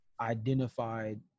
identified